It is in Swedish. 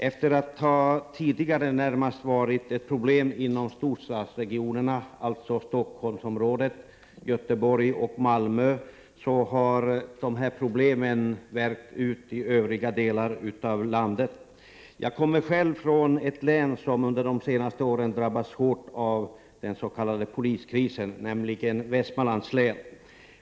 Efter att tidigare närmast ha varit ett problem enbart för storstadsregionerna, dvs. Stockholm, Göteborg och Malmö, har personalsituationen nu blivit ett problem också för övriga delar av landet. Jag kommer själv från ett län som under de senaste åren har drabbats hårt av den s.k. poliskrisen, nämligen Västmanlands län.